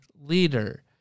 leader